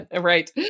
Right